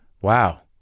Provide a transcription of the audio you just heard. Wow